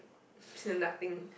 nothing